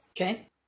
Okay